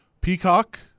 Peacock